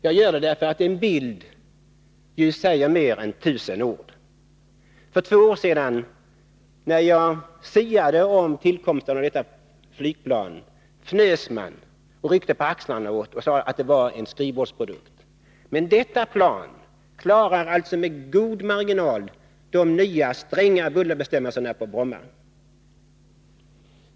Jag gör det därför att en bild säger mer än tusen ord. För två år sedan, när jag siade om tillkomsten av detta plan, fnös man och ryckte på axlarna och sade att det var en skrivbordsprodukt. Men detta plan klarar med god marginal de nya stränga bullerbestämmelserna på Bromma.